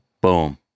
Boom